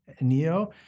NEO